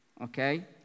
Okay